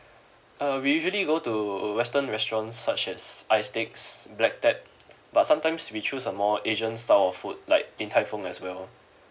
uh we usually go to western restaurants such as isteaks black tap but sometimes we choose a more asian style of food like din tai fung as well